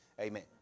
Amen